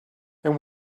and